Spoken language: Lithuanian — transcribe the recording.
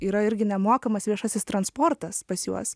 yra irgi nemokamas viešasis transportas pas juos